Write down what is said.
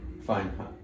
fine